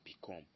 Become